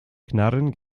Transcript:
knarren